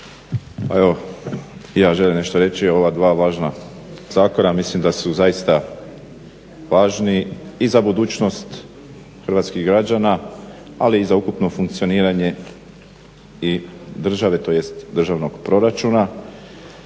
evo i ja želim nešto reći o ova dva važna zakona. Mislim da su zaista važni i za budućnost hrvatskih građana, ali i za ukupno funkcioniranje i države tj. državnog proračuna.